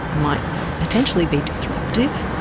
might potentially be disruptive.